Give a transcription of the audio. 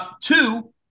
Two